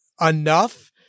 enough